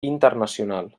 internacional